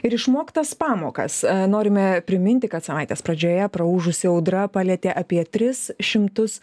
ir išmoktas pamokas norime priminti kad savaitės pradžioje praūžusi audra palietė apie tris šimtus